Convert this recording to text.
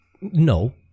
no